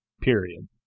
Period